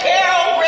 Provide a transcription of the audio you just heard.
Carol